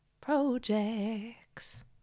projects